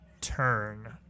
turn